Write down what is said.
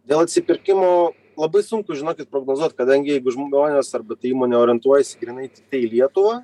dėl atsipirkimo labai sunku žinokit prognozuot kadangi jeigu žmonės arba ta įmonė orientuojasi grynai tiktai į lietuvą